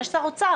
יש שר אוצר.